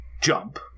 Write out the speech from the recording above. jump